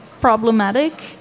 problematic